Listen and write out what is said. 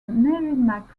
merrimack